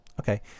Okay